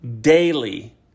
daily